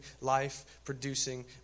life-producing